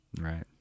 Right